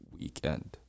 weekend